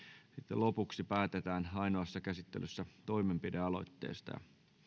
lopuksi päätetään ainoassa käsittelyssä toimenpidealoitteesta